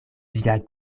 via